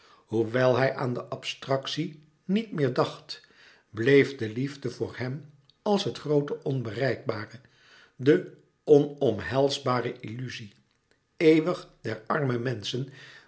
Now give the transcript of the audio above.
hoewel hij aan de abstractie niet meer dacht bleef de liefde voor hem als het groote onbereikbare de onomhelsbare illuzie eeuwig der arme menschen